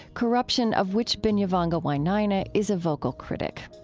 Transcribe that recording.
corruption of which binyavanga wainaina is a vocal critic.